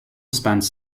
spans